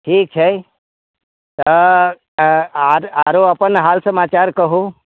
ठीक छै तऽ आओर आओर अपन हाल समाचार कहू